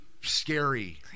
scary